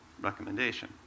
Recommendation